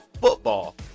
football